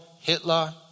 Hitler